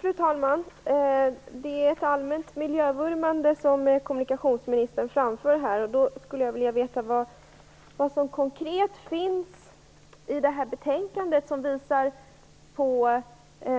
Fru talman! Kommunikationsministern framför ett allmänt miljövurmande här. Jag skulle vilja veta vilka konkreta förslag det finns i det här betänkandet som visar på